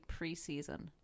preseason